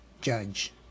judge